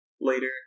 later